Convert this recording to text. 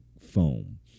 foam